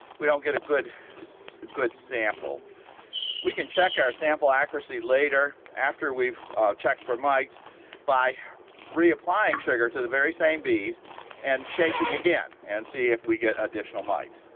we don't get a good good sample we can check our sample accuracy later after we've checked for mites by reapplying sugar to the very same bees and shaking again and see if we get additional mites